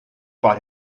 but